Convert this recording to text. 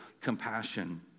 compassion